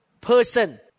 person